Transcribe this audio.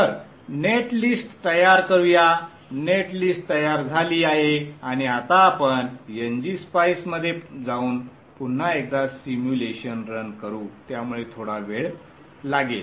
तर netlist तयार करूया नेट लिस्ट तयार झाली आहे आणि आता आपण ngSpice मध्ये जाऊन पुन्हा एकदा सिम्युलेशन रन करू त्यामुळे थोडा वेळ लागेल